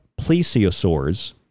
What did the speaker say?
plesiosaurs